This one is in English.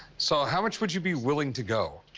so how much would you be willing to go?